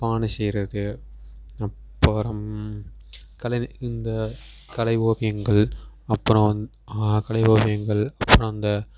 பானை செய்வது அப்புறம் கலை இந்த கலை ஓவியங்கள் அப்புறம் கலை ஓவியங்கள் அப்புறம் அந்த